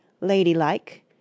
ladylike